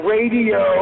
Radio